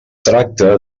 tracta